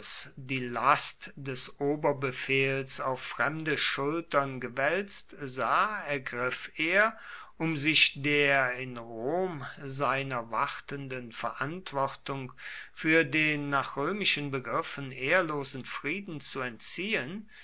die last des oberbefehls auf fremde schultern gewälzt sah ergriff er um sich der in rom seiner wartenden verantwortung für den nach römischen begriffen ehrlosen frieden zu entziehen